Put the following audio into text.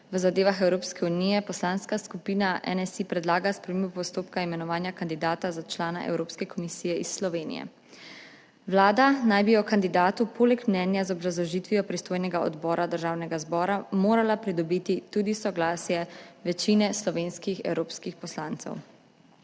v zadevah Evropske unije Poslanska skupina NSi predlaga spremembo postopka imenovanja kandidata za člana Evropske komisije iz Slovenije. Vlada naj bi o kandidatu poleg mnenja z obrazložitvijo pristojnega odbora Državnega zbora morala pridobiti tudi soglasje večine slovenskih evropskih poslancev.